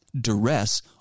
duress